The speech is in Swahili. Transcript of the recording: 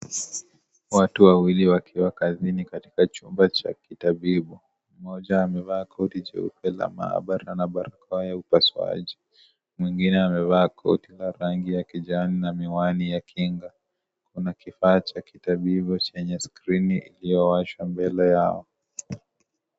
Watu wawili wakiwa kazini katika chumba cha kitabibu. Mmoja amevaa koti jeupe la maabara na barakoa ya upasuaji. Mwengine amevaa koti la rangi ya kijani na miwani ya kinga. Kuna kifaa cha kitabibu chenye skrini iliyowashwa mbele yao.